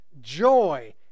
joy